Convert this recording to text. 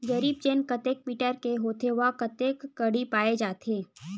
जरीब चेन कतेक मीटर के होथे व कतेक कडी पाए जाथे?